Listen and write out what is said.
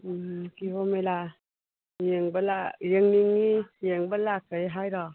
ꯎꯝ ꯀꯤꯍꯣꯝ ꯃꯦꯂꯥ ꯌꯦꯡꯅꯤꯡꯏ ꯌꯦꯡꯕ ꯂꯥꯛꯀꯦ ꯍꯥꯏꯔꯣ